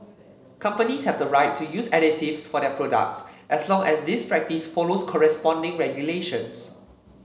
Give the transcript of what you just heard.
companies have the right to use additives for their products as long as this practice follows corresponding regulations